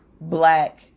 black